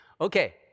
Okay